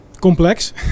complex